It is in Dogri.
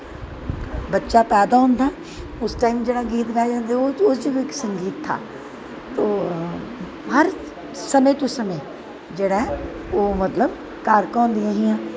बच्चा पैदा होंदा उस टाईम जेह्ड़ा गीत गाया जंदा उस च बी इक संगीत हा तो हर समें तो समें जेह्ड़ा ओह् मतलब कारकां होंदियां हियां